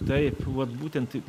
taip vat būtent